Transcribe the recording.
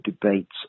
debates